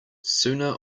sooner